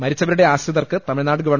മരിച്ചവരുടെ ആശ്രിതർക്ക് തമിഴ്നാട് ഗവ